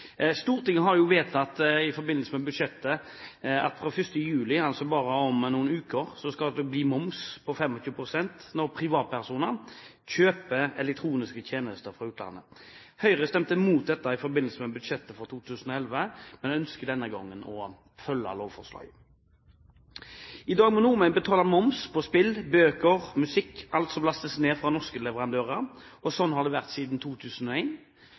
Stortinget har jo vedtatt i forbindelse med budsjettet at det fra 1. juli – altså om bare noen uker – skal bli moms på 25 pst. når privatpersoner kjøper elektroniske tjenester fra utlandet. Høyre stemte imot dette i forbindelse med budsjettet for 2011, men ønsker denne gangen å følge lovforslaget. I dag må nordmenn betale moms på spill, bøker, musikk – på alt som lastes ned fra norske leverandører, og slik har det vært siden